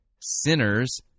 Sinners